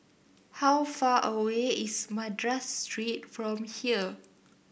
how far away is Madras Street from here